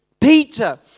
Peter